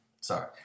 Sorry